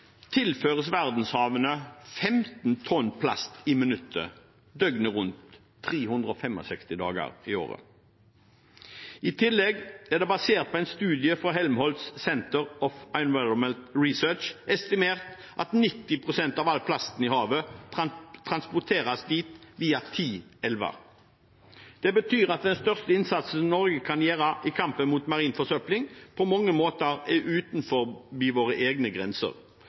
tilføres verdenshavene 15 tonn plast i minuttet døgnet rundt 365 dager i året. I tillegg er det, basert på en studie fra Helmholtz Centre for Environmental Research, estimert at 90 pst. av all plasten i havet transporteres dit via ti elver. Det betyr at den største innsatsen Norge kan gjøre i kampen mot marin forsøpling, på mange måter er utenfor våre egne grenser.